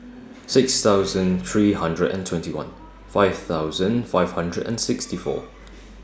six thousand three hundred and twenty one five thousand five hundred and sixty four